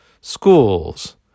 schools